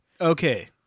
Okay